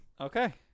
Okay